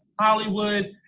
Hollywood